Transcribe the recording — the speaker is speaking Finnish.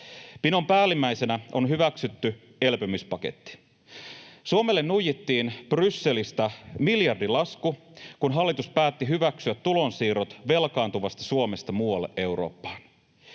Pinon päällimmäisenä on hyväksytty elpymispaketti. Suomelle nuijittiin Brysselistä miljardilasku, kun hallitus päätti hyväksyä tulonsiirrot velkaantuvasta Suomesta muualle Eurooppaan.